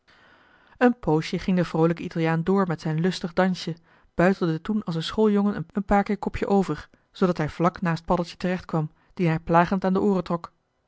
een poosje ging de vroolijke italiaan door met zijn lustig dansje buitelde toen als een schooljongen een paar keer kopje over zoodat hij vlak naast paddeltje joh h been paddeltje de scheepsjongen van michiel de ruijter terecht kwam dien hij plagend aan de ooren trok